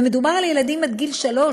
ומדובר על ילדים עד גיל שלוש,